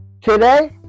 Today